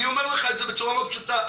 אני אומר לך את זה בצורה מאוד פשוטה,